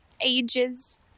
ages